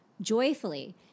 joyfully